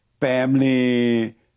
family